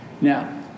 Now